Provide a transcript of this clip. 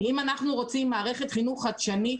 אם אנחנו רוצים מערכת חינוך חדשנית,